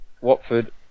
Watford